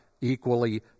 equally